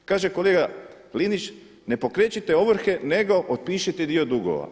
Kaže kolega Linić ne pokrećite ovrhe nego otpišite dio dugova.